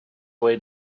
way